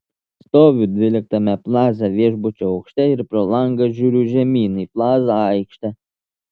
stoviu dvyliktame plaza viešbučio aukšte ir pro langą žiūriu žemyn į plaza aikštę